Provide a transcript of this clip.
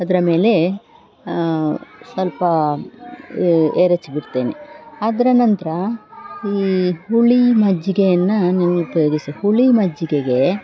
ಅದರ ಮೇಲೆ ಸ್ವಲ್ಪ ಎರಚಿಬಿಡ್ತೇನೆ ಅದರ ನಂತರ ಈ ಹುಳಿ ಮಜ್ಜಿಗೆಯನ್ನು ನಾವು ಉಪಯೋಗಿಸಿ ಹುಳಿ ಮಜ್ಜಿಗೆಗೆ